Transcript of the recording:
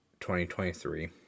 2023